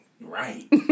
right